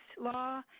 law